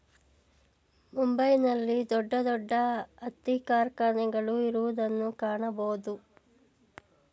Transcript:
ಮುಂಬೈ ನಲ್ಲಿ ದೊಡ್ಡ ದೊಡ್ಡ ಹತ್ತಿ ಕಾರ್ಖಾನೆಗಳು ಇರುವುದನ್ನು ಕಾಣಬೋದು